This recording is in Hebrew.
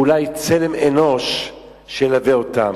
אולי צלם אנוש ילווה אותם.